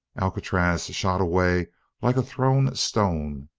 alcatraz shot away like a thrown stone.